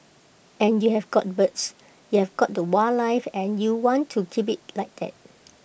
and you have got birds you have got the wildlife and you want to keep IT like that